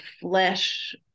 flesh